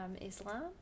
Islam